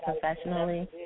professionally